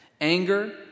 Anger